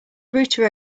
router